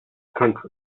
country